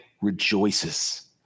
Rejoices